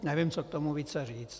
Nevím, co k tomu více říct.